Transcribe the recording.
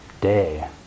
day